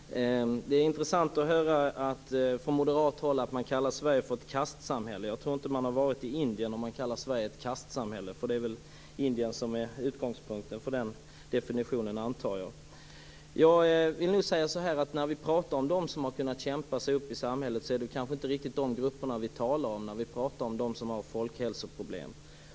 Förlåt, fru talman! Det är intressant att höra att man från moderat håll kallar Sverige för ett kastsamhälle. Jag tror inte att man har varit i Indien om man kallar Sverige för ett kastsamhälle. Det är väl Indien som är utgångspunkten för den definitionen, antar jag. När vi pratar om dem som har kunnat kämpa sig upp i samhället är det kanske inte de grupper vi menar när vi pratar om dem som har folkhälsoproblem.